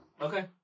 Okay